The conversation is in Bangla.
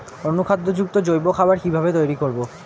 অনুখাদ্য যুক্ত জৈব খাবার কিভাবে তৈরি করব?